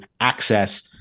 access